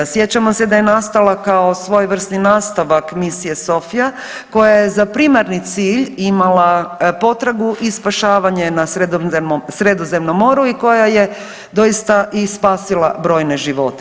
Sjećamo se da je nastala kao svojevrsni nastavak misije „SOFIA“ koja je za primarni cilj imala potragu i spašavanje na Sredozemnom moru i koja je doista i spasila brojne živote.